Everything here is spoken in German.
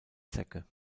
zecke